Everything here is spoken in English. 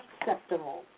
acceptable